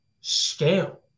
scale